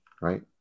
Right